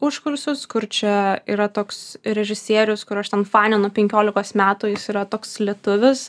užkulsius kur čia yra toks režisierius kur aš ten fanė nuo penkiolikos metų jis yra toks lietuvis